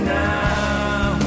now